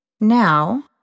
Now